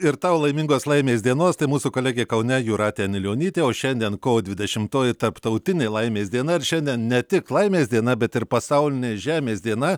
ir tau laimingos laimės dienos tai mūsų kolegė kaune jūratė anilionytė o šiandien kovo dvidešimtoji tarptautinė laimės diena ir šiandien ne tik laimės diena bet ir pasaulinė žemės diena